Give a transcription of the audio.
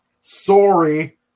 sorry